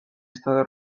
estado